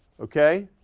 okay.